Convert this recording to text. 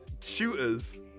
Shooters